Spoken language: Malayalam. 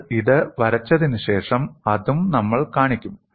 നിങ്ങൾ ഇത് വരച്ചതിനുശേഷം അതും നമ്മൾ കാണിക്കും